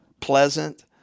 Pleasant